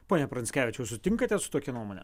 pone pranckevičiau sutinkate su tokia nuomone